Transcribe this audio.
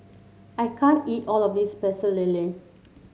I can't eat all of this Pecel Lele